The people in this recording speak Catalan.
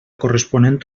corresponent